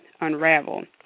unravel